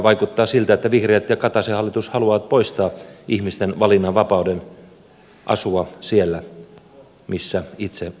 vaikuttaa siltä että vihreät ja kataisen hallitus haluavat poistaa ihmisten valinnanvapauden asua siellä missä itse haluavat